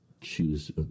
Choose